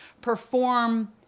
perform